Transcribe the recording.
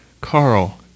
Carl